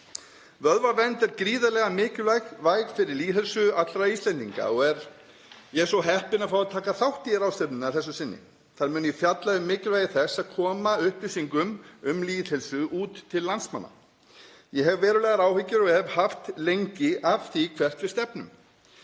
Vöðvavernd er gríðarlega mikilvæg fyrir lýðheilsu allra Íslendinga og er ég svo heppinn að fá að taka þátt í ráðstefnunni að þessu sinni. Þar mun ég fjalla um mikilvægi þess að koma upplýsingum um lýðheilsu til landsmanna. Ég hef verulegar áhyggjur og hef haft lengi af því hvert við stefnum.